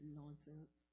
nonsense